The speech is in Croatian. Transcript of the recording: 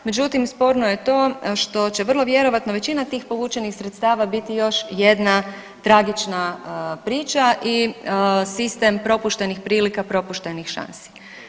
Međutim, sporno je to što će vrlo vjerojatno većina tih povučenih sredstava biti još jedna tragična priča i sistem propuštenih prilika, propuštenih šansi.